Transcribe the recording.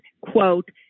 quote